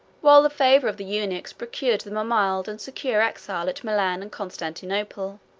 while the favor of the eunuchs procured them a mild and secure exile at milan and constantinople.